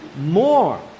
more